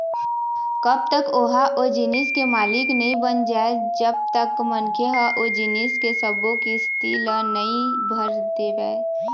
कब तक ओहा ओ जिनिस के मालिक नइ बन जाय जब तक मनखे ह ओ जिनिस के सब्बो किस्ती ल नइ भर देवय